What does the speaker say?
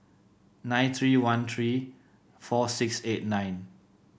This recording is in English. nine three one three four six eight nine